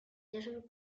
joseph